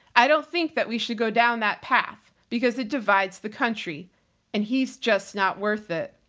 i don't think that we should go down that path because it divides the country and he's just not worth it.